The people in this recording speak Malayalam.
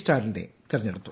സ്റ്റാലിനെ തെരഞ്ഞെടുത്തു